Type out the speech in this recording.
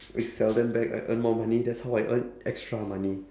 we sell them back I earn more money that's how I earn extra money